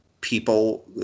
people